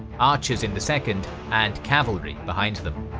archers in the second, and cavalry behind them.